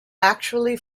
actually